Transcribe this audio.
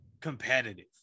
competitive